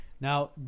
Now